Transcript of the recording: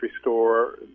store